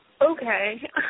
Okay